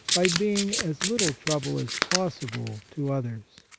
by being as little trouble as possible to others.